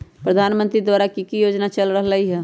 प्रधानमंत्री द्वारा की की योजना चल रहलई ह?